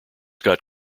got